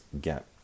get